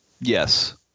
Yes